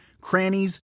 crannies